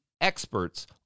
experts